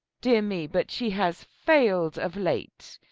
dear me, but she has failed of late.